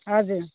हजुर